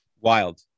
Wild